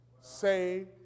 say